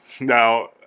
now